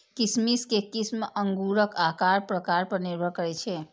किशमिश के किस्म अंगूरक आकार प्रकार पर निर्भर करै छै